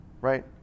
right